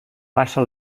passa